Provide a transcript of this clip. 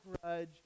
grudge